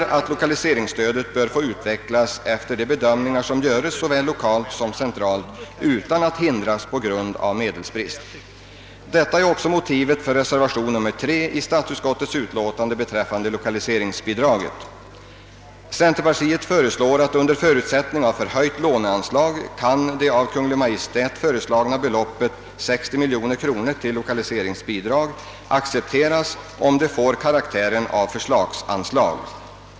Vi menar att lokaliseringsstödet bör få utvecklas i enlighet med de bedömningar som görs såväl lokalt som centralt utan att hindras av medelsbrist. Detta är också motivet för reservation nr 3 beträffande lokaliseringsbidraget i statsutskottets utlåtande. Centerpartiet föreslår att under förutsättning av för högt låneanslag det av Kungl. Maj:t föreslagna beloppet till lokaliseringsbidrag, 60 miljoner kronor, skall få karaktären av förslagsanslag.